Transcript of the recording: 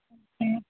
okay